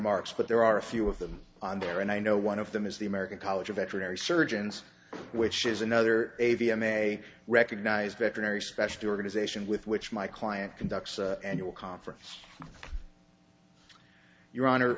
marks but there are a few of them on there and i know one of them is the american college of veterinary surgeons which is another a v m a recognized veterinary specialty organization with which my client conducts annual conference your honor